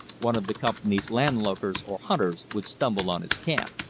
one of the company's landlookers or hunters would stumble on his camp.